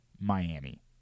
Miami